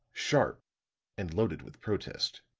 sharp and loaded with protest.